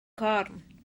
corn